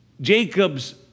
Jacob's